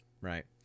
right